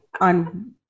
on